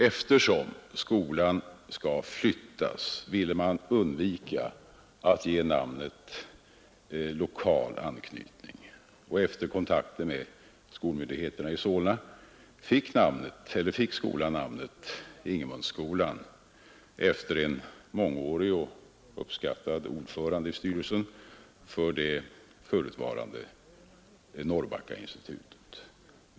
Eftersom skolan skall flyttas, ville man undvika att ge namnet lokal anknytning, och efter kontakter med skolmyndigheterna i Solna fick skolan namnet Ingemundskolan efter en mångårig och uppskattad ordförande i styrelsen för det förutvarande Norrbackainstitutet.